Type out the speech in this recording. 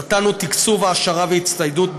נתנו תקצוב להעשרה והצטיידות בגנים,